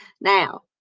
Now